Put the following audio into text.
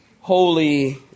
holy